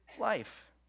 life